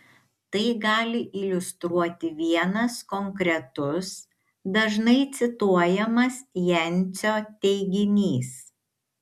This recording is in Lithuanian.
tai gali iliustruoti vienas konkretus dažnai cituojamas jancio teiginys